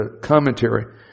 commentary